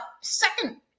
second